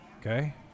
okay